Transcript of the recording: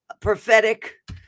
prophetic